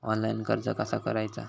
Online कर्ज कसा करायचा?